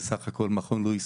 בסך-הכול מכון לואיס